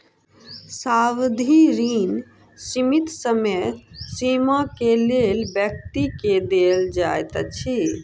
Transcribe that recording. सावधि ऋण सीमित समय सीमा के लेल व्यक्ति के देल जाइत अछि